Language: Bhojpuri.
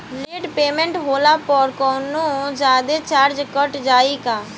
लेट पेमेंट होला पर कौनोजादे चार्ज कट जायी का?